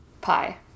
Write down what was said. Pie